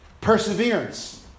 Perseverance